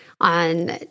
on